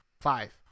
Five